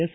S